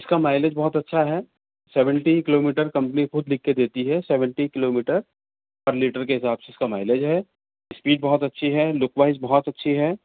اس کا مائیلیج بہت اچھا ہے سیونٹی کلو میٹر کمپنی خود لکھ کے دیتی ہے seventy kilometre per litre کے حساب سے اس کا مائیلیج ہے اسپیڈ بہت اچھی ہے لک وائز بہت اچھی ہے